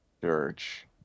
Church